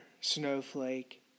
Snowflake